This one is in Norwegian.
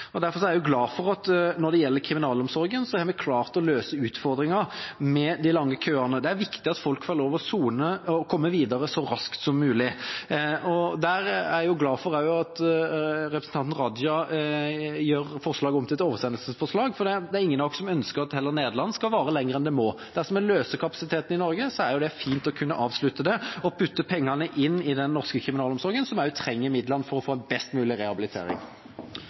Derfor er jeg også glad for at vi når det gjelder kriminalomsorgen, har klart å løse utfordringen med de lange køene. Det er viktig at folk får lov til å sone og komme videre så raskt som mulig. Jeg er glad for at representanten Raja gjør forslaget om til et oversendelsesforslag, for det er ingen av oss som ønsker at avtalen med Nederland skal vare lenger enn den må. Dersom en løser kapasiteten i Norge, er det fint å kunne avslutte den og putte pengene inn i den norske kriminalomsorgen, som trenger midlene for å få en best mulig rehabilitering.